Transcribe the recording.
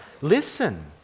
Listen